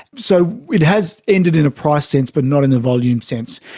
so it has ended in a price sense but not in a volume sense.